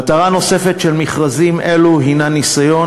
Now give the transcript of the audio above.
מטרה נוספת של מכרזים אלו הנה ניסיון